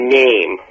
name